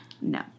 No